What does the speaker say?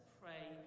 pray